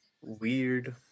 weird